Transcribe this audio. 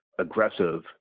aggressive